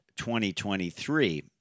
2023